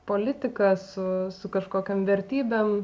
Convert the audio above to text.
politika su su kažkokiom vertybėm